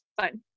fine